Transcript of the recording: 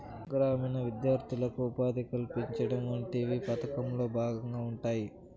గ్రామీణ విద్యార్థులకు ఉపాధి కల్పించడం వంటివి పథకంలో భాగంగా ఉంటాయి